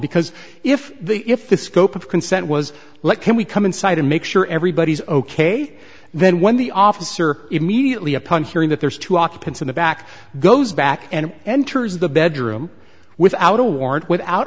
because if the if the scope of consent was like can we come inside and make sure everybody's ok then when the officer immediately upon hearing that there's two occupants in the back goes back and enters the bedroom without a warrant without